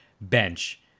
bench